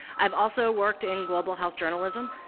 i've also worked in global-health journalism.